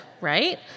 right